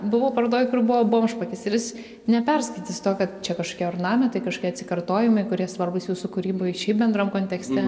buvau parodoj kur buvo bomžpakis ir jis neperskaitys to kad čia kažkokie ornamentai kažkokie atsikartojimai kurie svarbūs jūsų kūrybai šiaip bendram kontekste